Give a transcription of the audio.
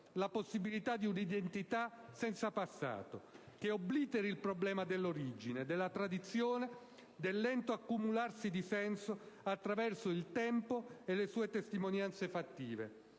la possibilità di un'identità senza passato, che obliteri il problema dell'origine, della tradizione e del lento accumularsi di senso attraverso il tempo e le sue testimonianze fattive.